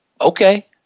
Okay